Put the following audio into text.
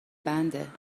بنده